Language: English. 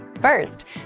First